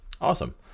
Awesome